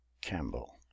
Campbell